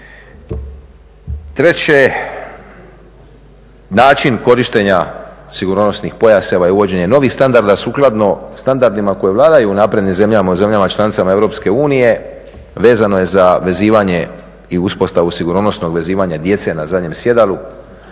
Treće, način korištenja sigurnosnih pojaseva i uvođenje novih standarda sukladno standardima koji vladaju u naprednim zemljama, u zemljama članicama EU vezano je za vezivanje i uspostavu sigurnosnog vezivanja djece na zadnjem sjedalu.